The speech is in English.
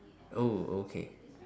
oh okay